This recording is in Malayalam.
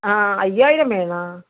ആ അയ്യായിരം വേണോ